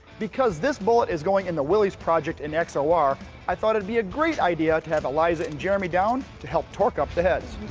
because this bullet is going in the willys project in x o r i thought it'd be a great idea to have eliza and jeremy down to help torque up the heads.